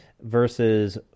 versus